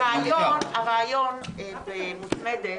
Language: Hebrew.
הרעיון במוצמדת